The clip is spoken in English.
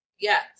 Yes